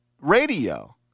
radio